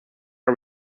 are